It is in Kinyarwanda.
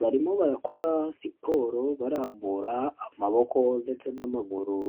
barimo barakora siporo barambura amaboko ndetse n'amaguru.